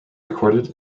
recorded